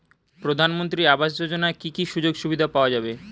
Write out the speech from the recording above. প্রধানমন্ত্রী আবাস যোজনা কি কি সুযোগ সুবিধা পাওয়া যাবে?